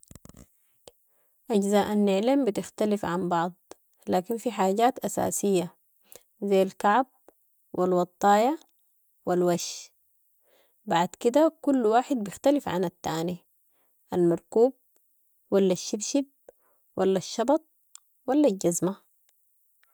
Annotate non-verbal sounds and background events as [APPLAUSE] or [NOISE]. [NOISE] اجزاء النعلين بتختلف عن بعض، لكن في حاجات اساسيه، زي الكعب و الوطايه و الوش، بعد كده كل واحد بيختلف عن التاني، المركوب ولا الشبشب ولا الشبط ولا الجزمة.